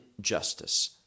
justice